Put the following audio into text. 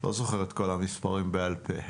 לא זוכר את כל המספרים בעל-פה.